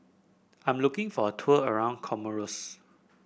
I am looking for a tour around Comoros